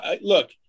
look